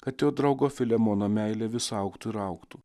kad jo draugo filemono meilė vis augtų ir augtų